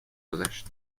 گذشت